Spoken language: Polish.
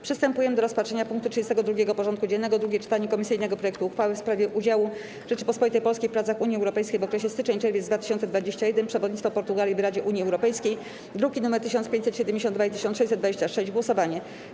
Przystępujemy do rozpatrzenia punktu 32. porządku dziennego: Drugie czytanie komisyjnego projektu uchwały w sprawie udziału Rzeczypospolitej Polskiej w pracach Unii Europejskiej w okresie styczeń-czerwiec 2021 r. (przewodnictwo Portugalii w Radzie Unii Europejskiej) (druki nr 1572 i 1626) - głosowanie.